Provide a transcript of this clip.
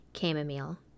chamomile